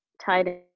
tied